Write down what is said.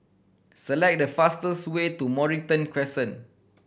select the fastest way to Mornington Crescent